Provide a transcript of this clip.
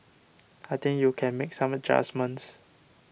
I think you can make some adjustments